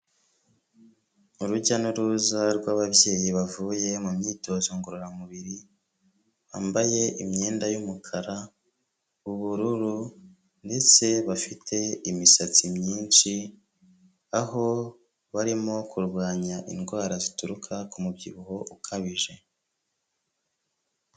Urujya n'uruza rw'ababyeyi bavuye mu myitozo ngororamubiri, bambaye imyenda y'umukara, ubururu, ndetse bafite imisatsi myinshi, aho barimo kurwanya indwara zituruka ku mubyibuho ukabije.